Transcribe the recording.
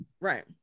Right